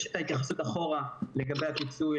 יש את ההתייחסות אחורה לגבי הפיצוי,